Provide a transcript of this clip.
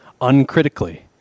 uncritically